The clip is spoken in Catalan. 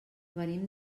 venim